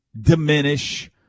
diminish